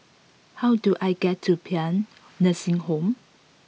how do I get to Paean Nursing Home